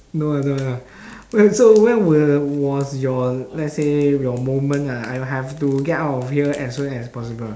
no ah no ah no wait so when were was your let's say your moment ah I have to get out of here as soon as possible